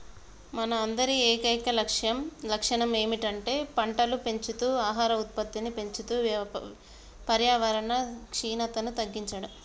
మన అందరి ఏకైక లక్షణం ఏమిటంటే పంటలు పెంచుతూ ఆహార ఉత్పత్తిని పెంచుతూ పర్యావరణ క్షీణతను తగ్గించడం